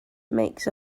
makes